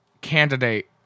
candidate